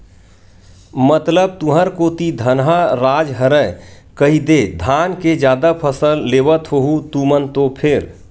मतलब तुंहर कोती धनहा राज हरय कहिदे धाने के जादा फसल लेवत होहू तुमन तो फेर?